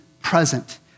present